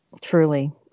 Truly